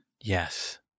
Yes